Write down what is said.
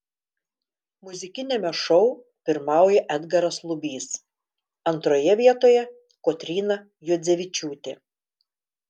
muzikiniame šou pirmauja edgaras lubys antroje vietoje kotryna juodzevičiūtė